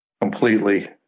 completely